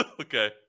Okay